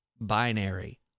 Binary